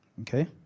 okay